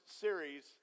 series